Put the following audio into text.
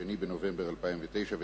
2 בנובמבר 2009,